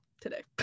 today